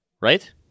Right